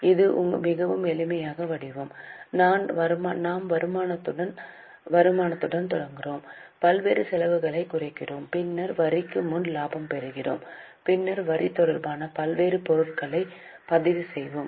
இது மிகவும் எளிமையான வடிவம் நாம் வருமானத்துடன் தொடங்குகிறோம் பல்வேறு செலவுகளைக் குறைக்கிறோம் பின்னர் வரிக்கு முன் லாபம் பெறுகிறோம் பின்னர் வரி தொடர்பான பல்வேறு பொருட்களைப் பதிவு செய்வோம்